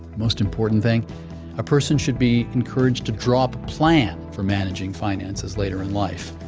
most important thing a person should be encouraged to draw up a plan for managing finances later in life.